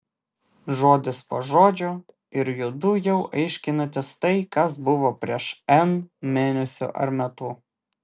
žodis po žodžio ir judu jau aiškinatės tai kas buvo prieš n mėnesių ar metų